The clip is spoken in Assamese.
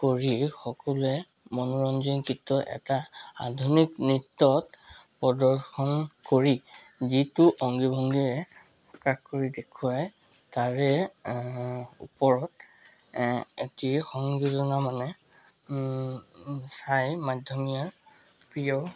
কৰি সকলোৱে মনোৰঞ্জনযুক্ত এটা আধুনিক নৃত্যত প্ৰদৰ্শন কৰি যিটো অংগী ভংগীৰে প্ৰকাশ কৰি দেখুৱায় তাৰে ওপৰত এটি সংযোজনা মানে চাই মধ্যমীয়া প্ৰিয়